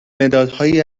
مدادهایی